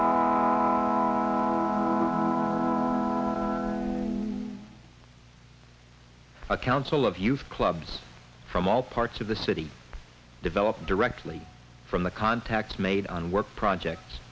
ground a council of youth clubs from all parts of the city developed directly from the contacts made on work project